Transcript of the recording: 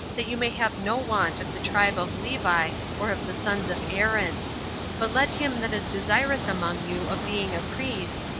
that you may have no want of the tribe of levi, or of the sons of aaron but let him that is desirous among you of being a priest,